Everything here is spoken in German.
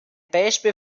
beispiel